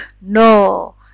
No